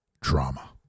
drama